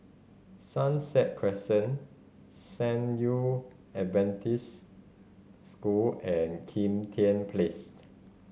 Sunset Crescent San Yu Adventist School and Kim Tian Placed